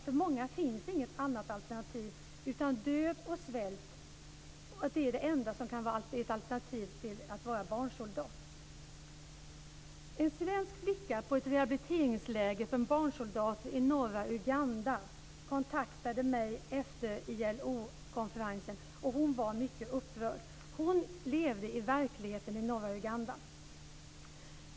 För många är död och svält det enda alternativet till att vara barnsoldat. En svensk flicka på ett rehabiliteringsläger för barnsoldater i norra Uganda kontaktade mig efter ILO-konferensen, och hon var mycket upprörd. Hon levde i verkligheten i norra Uganda. Fru talman!